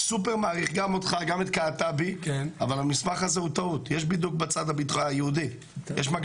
בעיר העתיקה ובמרחב הר הבית", של חברי